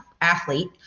athlete